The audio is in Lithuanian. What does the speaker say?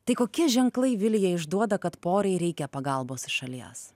tai kokie ženklai vilija išduoda kad porai reikia pagalbos iš šalies